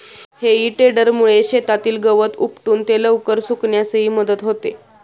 हेई टेडरमुळे शेतातील गवत उपटून ते लवकर सुकण्यासही मदत होते